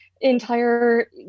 entire